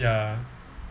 ya